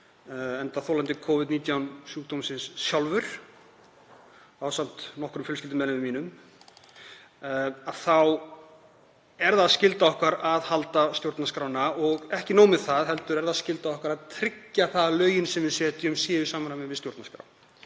enda þolandi Covid-19 sjúkdómsins sjálfur ásamt nokkrum fjölskyldumeðlimum mínum, þá er það skylda okkar að halda stjórnarskrána og ekki nóg með það, heldur er það skylda okkar að tryggja að lögin sem við setjum séu í samræmi við stjórnarskrá.